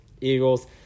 Eagles